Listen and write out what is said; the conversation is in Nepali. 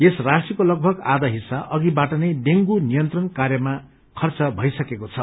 यस राशिको लगभग आधा हिस्सा अधिबाट नै डेंगू नियन्त्रण कार्यमा खर्च भइसकेको द